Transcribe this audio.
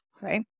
Right